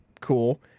Cool